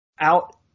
out